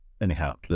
Anyhow